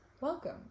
Welcome